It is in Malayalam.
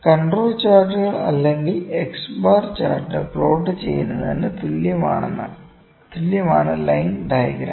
കണ്ട്രോൾ ചാർട്ടുകൾ അല്ലെങ്കിൽ X ബാർ ചാർട്ട് പ്ലോട്ട് ചെയ്യുന്നതിന് തുല്യമാണ് ലൈൻ ഡയഗ്രം